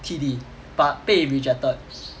T_D but 被 rejected